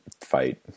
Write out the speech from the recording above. fight